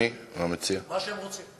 מה שהם רוצים.